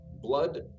blood